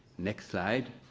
next slide,